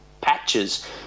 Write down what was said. patches